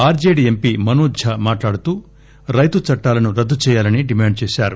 RJD MP Manoj Jha మాట్లాడుతూ రైతు చట్టాలను రద్దు చేయాలని డిమాండ్ చేశారు